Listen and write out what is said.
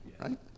right